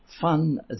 fun